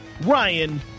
Ryan